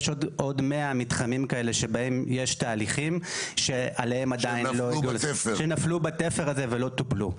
יש עוד 100 מתחמים כאלה שבהם יש תהליכים שנפלו בתפר הזה ולא טופלו.